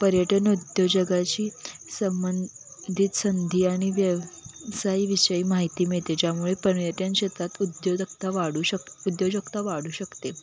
पर्यटन उद्योजकाशी संबंधित संधी आणि व्यवसायाविषयी माहिती मिळते ज्यामुळे पर्यटन क्षेत्रात उद्योजकता वाढू शक उद्योजकता वाढू शकते